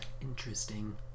Interesting